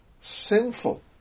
sinful